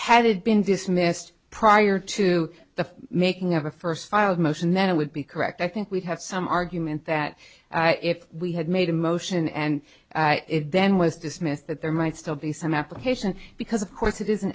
it been dismissed prior to the making of a first filed motion then it would be correct i think we'd have some argument that if we had made a motion and then was dismissed that there might still be some application because of course it is an